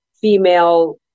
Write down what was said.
female